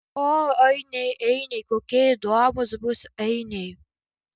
o ainiai ainiai kokie įdomūs bus ainiai